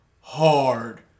hard